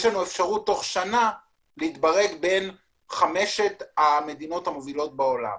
יש לנו אפשרות תוך שנה להתברג בין חמשת המדינות המובילות בעולם.